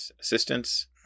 assistance